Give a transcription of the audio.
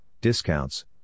discounts